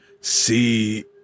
See